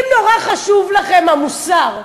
אם נורא חשוב לכם המוסר,